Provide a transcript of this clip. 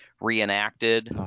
reenacted